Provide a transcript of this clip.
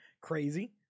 crazy